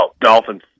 Dolphins